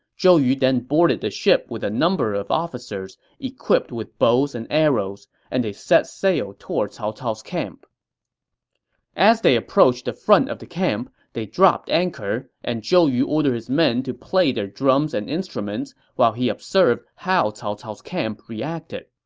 zhou yu then boarded the ship with a number of officers equipped with bows and arrows, and they set sail toward cao cao's camp as they approached the front of the camp, they dropped anchor, and zhou yu ordered his men to play their drums and instruments while he observed how cao cao's camp reacted.